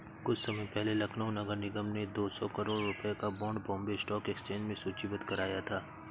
कुछ समय पहले लखनऊ नगर निगम ने दो सौ करोड़ रुपयों का बॉन्ड बॉम्बे स्टॉक एक्सचेंज में सूचीबद्ध कराया था